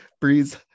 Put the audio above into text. breeze